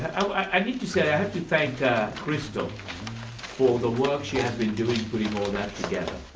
i need to say, i have to thank crystal for the work she has been doing putting all that together.